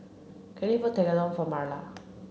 Kalyn bought Tekkadon for Marla